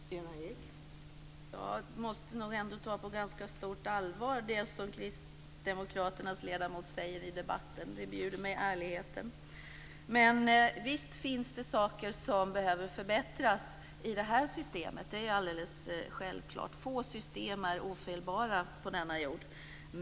Fru talman! Jag måste nog ändå ta på ganska stort allvar det som Kristdemokraternas ledamot säger i debatten; ärligheten bjuder mig att göra det. Visst finns det saker som behöver förbättras i det här systemet. Det är alldeles självklart att det är så. Få system på denna jord är ofelbara.